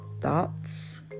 thoughts